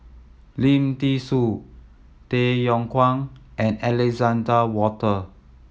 Lim Thean Soo Tay Yong Kwang and Alexander Wolter